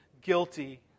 guilty